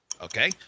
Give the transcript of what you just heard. Okay